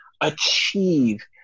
achieve